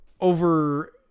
over